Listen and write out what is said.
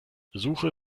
suche